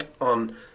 on